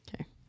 okay